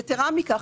יתרה מכך,